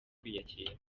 kwiyakira